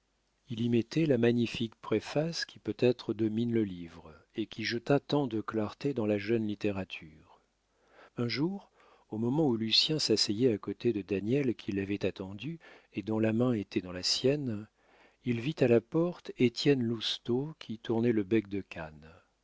il y mettait la magnifique préface qui peut-être domine le livre et qui jeta tant de clartés dans la jeune littérature un jour au moment où lucien s'asseyait à côté de daniel qui l'avait attendu et dont la main était dans la sienne il vit à la porte étienne lousteau qui tournait le bec de cane